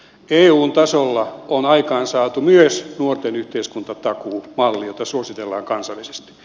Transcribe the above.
eun tasolla on aikaansaatu myös nuorten yhteiskuntatakuumalli jota suositellaan kansallisesti